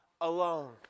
alone